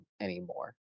anymore